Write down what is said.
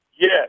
Yes